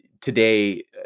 today